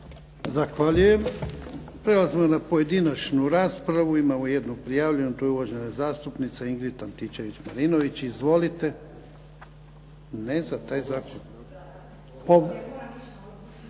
Zahvaljujem. Prelazimo na pojedinačnu raspravu. Imamo jednog prijavljenog a to je uvažena zastupnica Ingrid Antičević-Marinović. .../Upadica se ne čuje./...